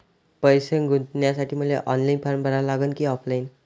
पैसे गुंतन्यासाठी मले ऑनलाईन फारम भरा लागन की ऑफलाईन?